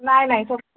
ନାଇଁ ନାଇଁ